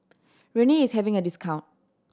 rene is having a discount